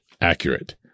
accurate